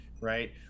right